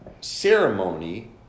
ceremony